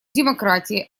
демократии